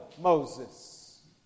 Moses